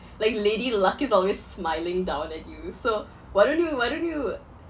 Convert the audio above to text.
like lady luck is always smiling down at you so why don't you why don't you